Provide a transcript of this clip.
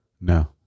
No